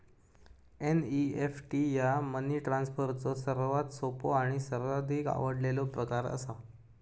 NEFT ह्या money ट्रान्सफरचो सर्वात सोपो आणि सर्वाधिक आवडलेलो प्रकार असा